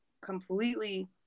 completely